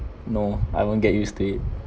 no I won't get used to it